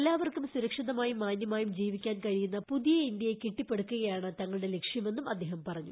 എല്ലാവർക്കും സുരക്ഷിതമായും മാനൃമായും ജീവിക്കാൻ കഴിയുന്ന പുതിയ ഇന്ത്യയെ കെട്ടിപ്പടുക്കാൻ തങ്ങളുടെ ലക്ഷ്യമെന്ന് അദ്ദേഹം പറഞ്ഞു